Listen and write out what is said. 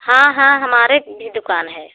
हाँ हाँ हमारी भी दुकान है